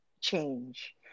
change